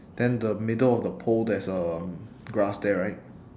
then the middle of the pole there's um grass there right